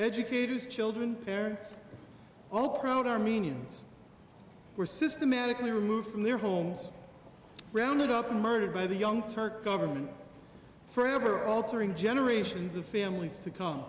educators children parents all proud armenians were systematically removed from their homes rounded up and murdered by the young turk government forever altering generations of families to c